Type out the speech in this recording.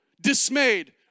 dismayed